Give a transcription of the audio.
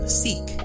seek